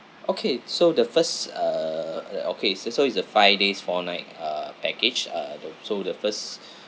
okay so the first s~ uh the okay so so it's the five days four night uh package uh the so the first